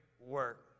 work